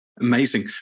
Amazing